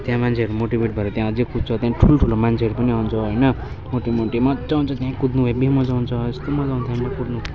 त्यहाँ मान्छेहरू मोटिभेट भएर त्यहाँ अझै कुद्छ त्यहाँदेखि ठुल्ठुलो मान्छेहरू पनि आउँछ होइन मोटे मोटे मज्जा आउँछ त्यहाँ कुद्नु हेभी मज्जा आउँछ यस्तो मज्जा आउँछ त्या कुद्नु